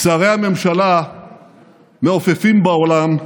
שרי הממשלה מעופפים בעולם,